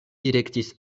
direktis